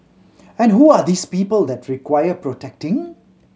and who are these people that require protecting